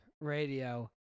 radio